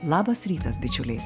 labas rytas bičiuliai